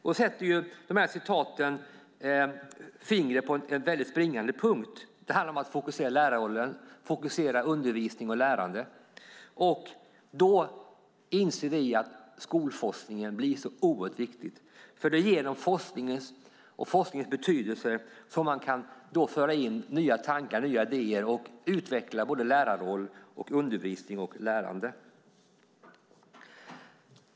De här citaten sätter fingret på en springande punkt. Det handlar om att fokusera lärarrollen, fokusera undervisning och lärande. Då inser vi att skolforskningen blir oerhört viktig, för det är genom forskningen och forskningens betydelse som man kan föra in nya tankar och nya idéer och utveckla lärarroll, undervisning och lärande.